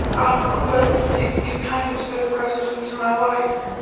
um but it it kind of set a precedence in my life.